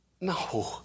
No